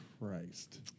Christ